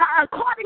according